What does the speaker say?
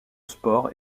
sport